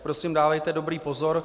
Prosím, dávejte dobrý pozor.